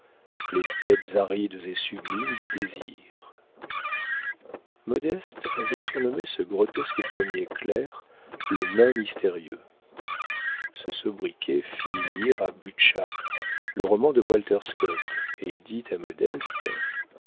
les steppes arides et sublimes du désir modeste avait surnommé ce grotesque premier clerc le nain mystérieux ce sobriquet fit lire à butscha le roman de walter scott et il dit à modeste